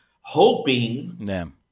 hoping